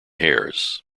hairs